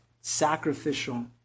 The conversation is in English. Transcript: sacrificial